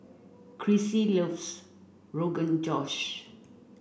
Crissie loves Rogan Josh